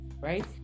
right